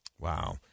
Wow